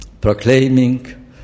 proclaiming